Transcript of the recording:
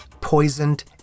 poisoned